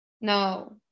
No